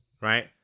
right